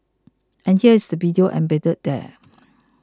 and here is the video embedded there